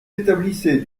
établissaient